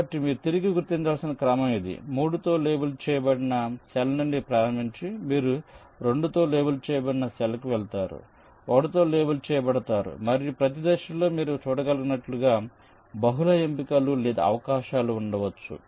కాబట్టి మీరు తిరిగి గుర్తించాల్సిన క్రమం ఇది 3 తో లేబుల్ చేయబడిన సెల్ నుండి ప్రారంభించి మీరు 2 తో లేబుల్ చేయబడిన సెల్కు వెళతారు 1 తో లేబుల్ చేయబడతారు మరియు ప్రతి దశలో మీరు చూడగలిగినట్లుగా బహుళ ఎంపికలు లేదా అవకాశాలు ఉండవచ్చు